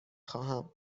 خواهم